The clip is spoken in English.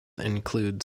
include